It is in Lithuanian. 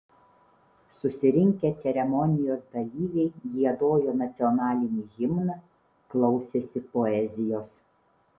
susirinkę ceremonijos dalyviai giedojo nacionalinį himną klausėsi poezijos